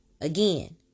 Again